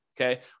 okay